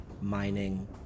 mining